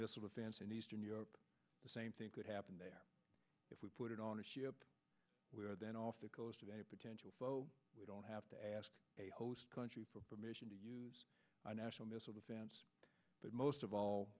missile defense in eastern europe the same thing could happen there if we put it on a ship we are then off the coast of a potential we don't have to ask a host country for permission to use our national missile defense but most of all